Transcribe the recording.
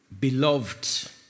beloved